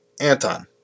Anton